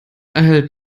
erhält